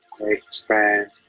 expand